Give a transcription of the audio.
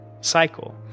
cycle